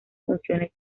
funciones